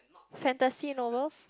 fantasy novels